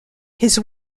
his